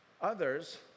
Others